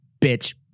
Bitch